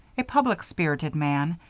a public-spirited man,